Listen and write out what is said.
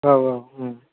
औ औ